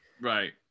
Right